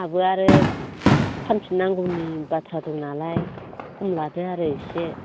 आहाबो आरो फानफिन नांगौनि बाथ्रा दं नालाय खम लादो आरो एसे